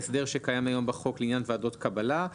את ההסדר הקיים היום בחוק לעניין ועדות קבלה.